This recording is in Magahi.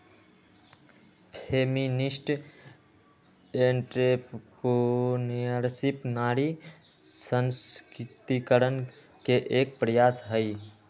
फेमिनिस्ट एंट्रेप्रेनुएरशिप नारी सशक्तिकरण के एक प्रयास हई